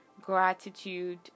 gratitude